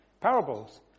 parables